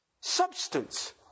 substance